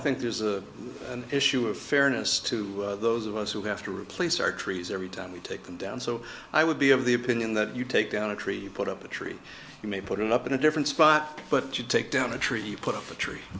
think is the issue of fairness to those of us who have to replace our trees every time we take them down so i would be of the opinion that you take down a tree you put up a tree you may put it up in a different spot but you take down the tree you put up a tree